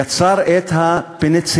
יצר את הפניצילין,